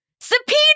Subpoena